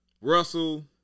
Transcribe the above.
Russell